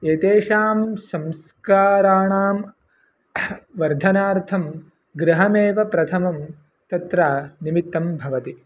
एतेषां संस्काराणां वर्धनार्थं गृहमेव प्रथमं तत्र निमित्तं भवति